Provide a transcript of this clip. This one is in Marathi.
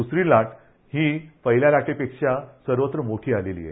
दसरी लाट ही पहिल्या लाटेपेक्षा सर्वत्र मोठी आलेली आहे